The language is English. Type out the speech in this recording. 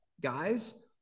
guys